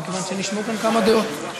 מכיוון שנשמעו כאן כמה דעות.